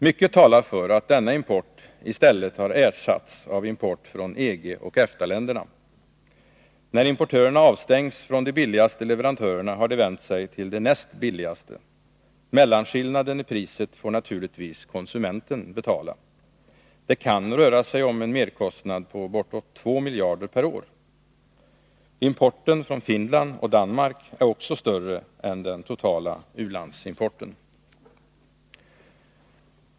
Mycket talar för att denna import i stället har ersatts av import från EG och EFTA-länderna. När importörerna avstängs från de billigaste leverantörerna har de vänt sig till de näst billigaste. Mellanskillnaden i priset får naturligtvis konsumenten betala. Det kan röra sig om en merkostnad på bortåt 2 miljarder per år. Importen från Finland och Danmark är också större än den totala u-landsimporten.